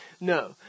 No